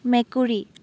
মেকুৰী